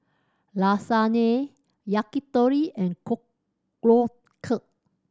Lasagna Yakitori and Korokke